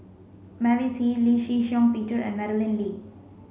Mavis Hee Lee Shih Shiong Peter and Madeleine Lee